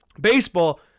baseball